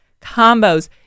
combos